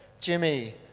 Jimmy